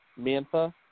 Mantha